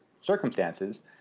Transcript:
circumstances